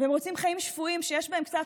הם רוצים חיים שפויים שיש בהם קצת